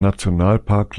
nationalpark